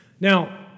Now